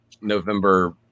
November –